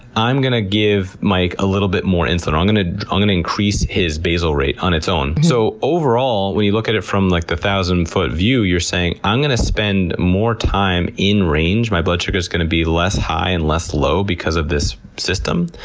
i'm going to give mike a little bit more insulin, i'm going ah um to increase his basal rate, on its own. so overall, when you look at it from like the one thousand foot view, you're saying, i'm going to spend more time in range, my blood sugar's going to be less high and less low because of this system.